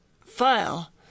file